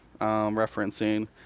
referencing